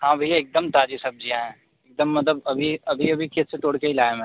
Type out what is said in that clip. हाँ भैया एक दम ताज़े सब्ज़ियाँ हैं एक दम मतलब अभी अभी अभी खेत से तोड़ के ही लाया मैंने